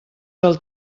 del